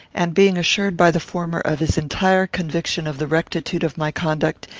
and being assured by the former of his entire conviction of the rectitude of my conduct,